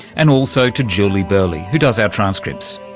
and also to julie burleigh who does our transcripts.